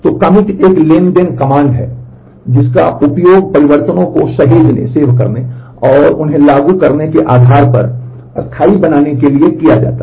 तो COMMIT एक transaction command है जिसका उपयोग परिवर्तनों को सहेजने और उन्हें लागू करने के आधार पर स्थायी बनाने के लिए किया जाता है